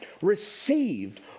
received